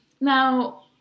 now